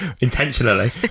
intentionally